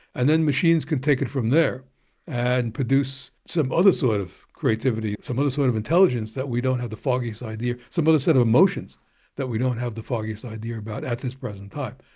and then machines can take it from there and produce some other sort of creativity, some other sort of intelligence that we don't have the foggiest idea, some other set of emotions that we don't have the foggiest idea about at this present time.